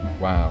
Wow